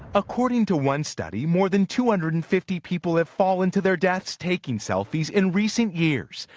according to one study, more than two hundred and fifty people have fallen to their deaths taking selfies in recent years.